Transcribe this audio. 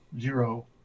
zero